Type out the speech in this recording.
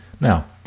Now